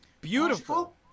Beautiful